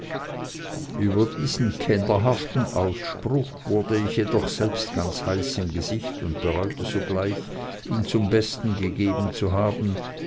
über diesen kennerhaften ausspruch wurde ich je doch selbst ganz heiß im gesicht und bereute sogleich ihn zum besten gegeben zu haben